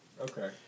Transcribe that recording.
Okay